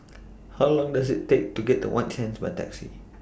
How Long Does IT Take to get to White Sands By Taxi